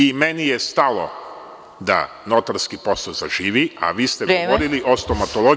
I meni je stalo da notarski posao zaživi, a vi ste govorili o stomatologiji.